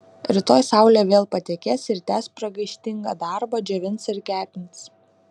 rytoj saulė vėl patekės ir tęs pragaištingą darbą džiovins ir kepins